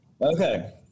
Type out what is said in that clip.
Okay